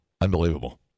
Unbelievable